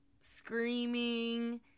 screaming